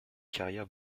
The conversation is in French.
carrière